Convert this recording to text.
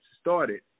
started